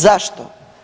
Zašto?